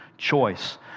Choice